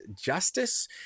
justice